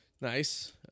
Nice